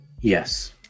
Yes